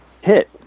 hit